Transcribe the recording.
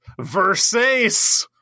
Versace